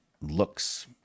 looks